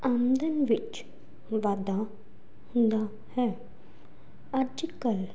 ਆਮਦਨ ਵਿੱਚ ਵਾਧਾ ਹੁੰਦਾ ਹੈ ਅੱਜ ਕੱਲ੍ਹ